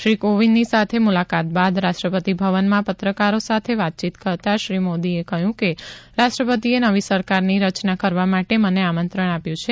શ્રી કોવિંદની સાથે મુલાકાત બાદ રાષ્ટ્રપતિ ભવનમાં પત્રકારો સાથે વાતાચીત કરતાં મોદીએ કહયું કે રાષ્ટ્રપતિએ નવી સરકારની રચના કરવા માટે મને આમંત્રણ આપ્યું છે